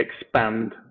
expand